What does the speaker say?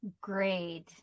Great